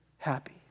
happy